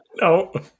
No